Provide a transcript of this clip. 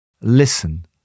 Listen